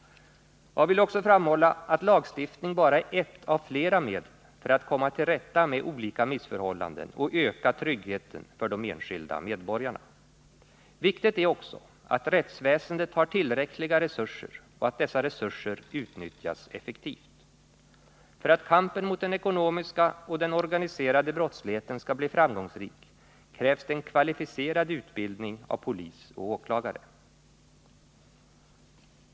Jag vill också framhålla att lagstiftning bara är ett av flera medel för att komma till rätta med olika missförhållanden och öka tryggheten för de enskilda medborgarna. Viktigt är också att rättsväsendet har tillräckliga resurser och att dessa resurser utnyttjas effektivt. För att kampen mot den ekonomiska och den organiserade brottsligheten skall bli framgångsrik krävs det en kvalificerad utbildning av polis och åklagare.